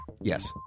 Yes